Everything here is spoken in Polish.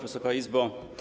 Wysoka Izbo!